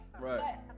right